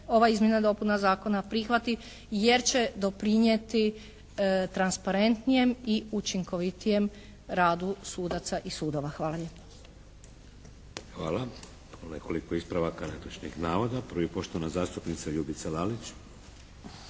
ova izmjena i dopuna Zakona prihvati jer će doprinijeti transparentnijem i učinkovitijem radu sudaca i sudova. Hvala lijepa.